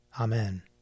Amen